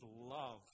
love